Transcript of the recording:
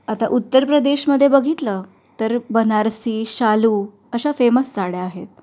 आता उत्तर प्रदेशमध्ये बघितलं तर बनारसी शालू अशा फेमस साड्या आहेत